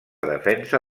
defensa